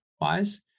wise